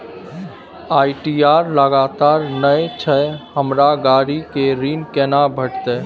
ITR लगातार नय छै हमरा गाड़ी के ऋण केना भेटतै?